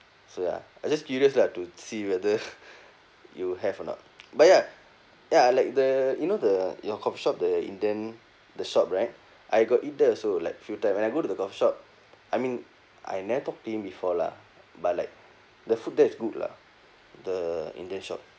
so ya I just curious lah to see whether you have or not but ya ya like the you know the you know coffee shop the indian the shop right I got eat there also like few time when I go to the coffee shop I mean I never talk to him before lah but like the food there is good lah the indian shop